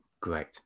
Great